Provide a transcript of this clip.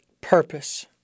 purpose